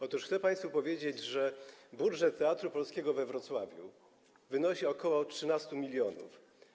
Otóż chcę państwu powiedzieć, że budżet Teatru Polskiego we Wrocławiu wynosi ok. 13 mln.